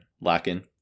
lacking